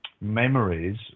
memories